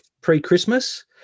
pre-Christmas